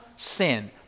Sin